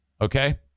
Okay